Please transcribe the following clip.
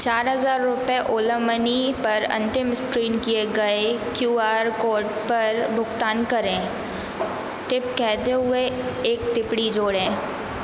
चार हज़ार रुपये ओला मनी पर अंतिम स्कैन किए गए क्यू आर कोड पर भुगतान करें टिप कहते हुए एक टिप्पणी जोड़ें